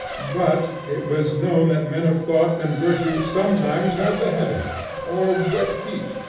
but it was known that men of thought and virtue sometimes had the headache, or wet feet,